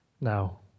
now